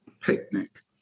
picnic